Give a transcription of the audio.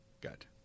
Good